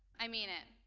i mean it.